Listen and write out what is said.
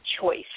Choice